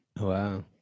Wow